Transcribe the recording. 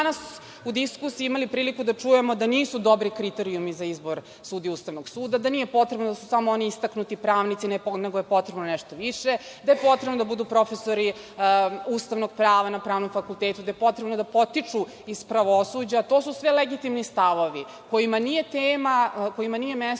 danas u diskusiji imali prilike da čujemo da nisu dobri kriterijumi za izbor sudija Ustavnog suda, da nije potrebno da su samo oni istaknuti pravnici, nego je potrebno nešto više, da je potrebno da budu profesori ustavnog prava na pravnom fakultetu, da je potrebno da potiču iz pravosuđa. To su sve legitimni stavovi kojima nije mesto